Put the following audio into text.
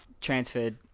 Transferred